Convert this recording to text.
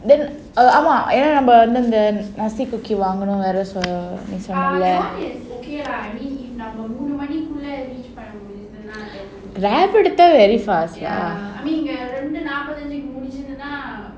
then err ஆமா ஏன்னா நாம வந்து:aamaa yaenaa naama vandhu Grab மூணு மணிக்குள்ள முடிஞ்சுதுனா:moonu manikulla mudinjuthunaa very fast lah